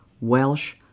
Welsh